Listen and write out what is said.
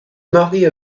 marie